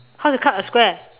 how to cut a square